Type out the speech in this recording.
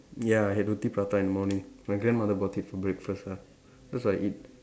ya I had roti prata in the morning my grandmother bought it for breakfast lah cause I eat